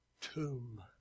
tomb